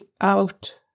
out